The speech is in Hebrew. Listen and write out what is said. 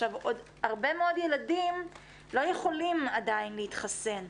עכשיו, הרבה מאוד ילדים לא יכולים עדיין להתחסן,